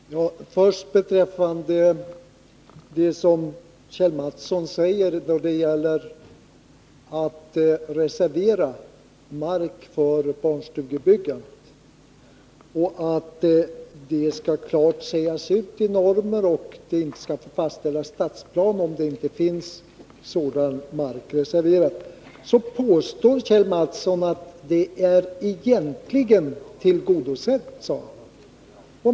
Herr talman! Först beträffande det som Kjell Mattsson säger då det gäller att reservera mark för barnstugebyggandet samt detta med att det skall finnas klara normer och att statsplan inte får fastställas om det inte finns reserverad mark. Nu påstår han att det kravet egentligen är tillgodosett.